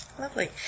Lovely